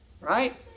Right